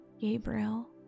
Gabriel